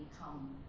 come